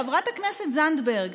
חברת הכנסת זנדברג,